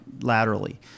laterally